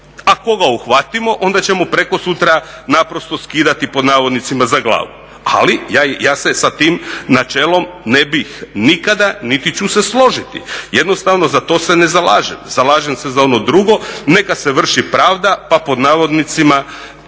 koga uhvatimo onda ćemo prekosutra naprosto "skidati" pod navodnicima za glavu. Ali ja se sa tim načelom ne bih nikada niti ću se složiti. Jednostavno za to se ne zalažem, zalažem se za ono drugo neka se vrši pravda pa pod navodnicima